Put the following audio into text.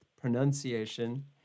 pronunciation